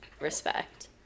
respect